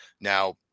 Now